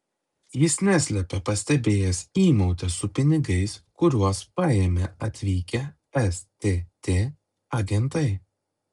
jis neslėpė pastebėjęs įmautę su pinigais kuriuos paėmė atvykę stt agentai